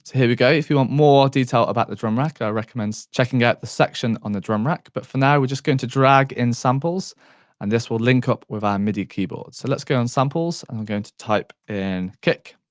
here we go if you want more detail about the drum rack i recommend checking out the section on the drum rack. but for now we're just going to drag in samples and this will link up with our midi keyboard. so let's go in samples and i'm going to type in kick.